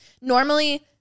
normally